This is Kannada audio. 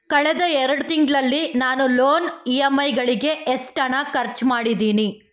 ಕಳೆದ ಎರಡು ತಿಂಗಳಲ್ಲಿ ನಾನು ಲೋನ್ ಇಎಂಐಗಳಿಗೆ ಎಷ್ಟು ಹಣ ಖರ್ಚು ಮಾಡಿದ್ದೇನೆ